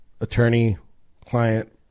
attorney-client